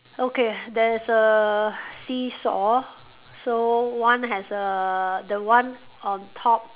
okay there's a seesaw so one has a the one on top